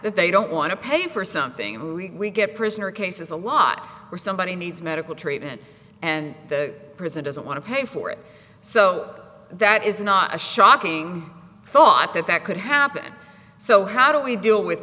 that they don't want to pay for something we get prisoner cases a lot for somebody needs medical treatment and the prison doesn't want to pay for it so that is not a shocking thought that that could happen so how do we deal with